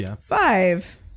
Five